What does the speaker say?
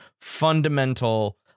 fundamental